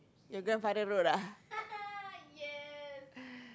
your grandfather road ah